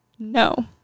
No